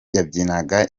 yabyinaga